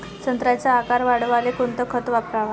संत्र्याचा आकार वाढवाले कोणतं खत वापराव?